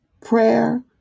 prayer